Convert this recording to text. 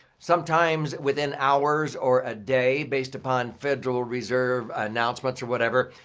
sometimes within hours or a day based upon federal reserve announcements or whatever,